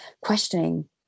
questioning